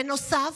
בנוסף,